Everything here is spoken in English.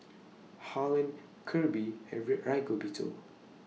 Harlen Kirby and Ray Rigoberto